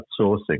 outsourcing